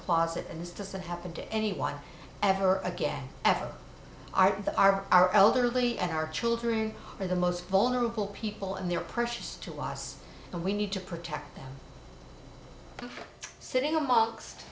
closet and this doesn't happen to anyone ever again f a r r r elderly and our children are the most vulnerable people in their precious to us and we need to protect them sitting amongst